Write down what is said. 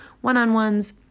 one-on-ones